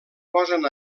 posen